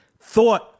thought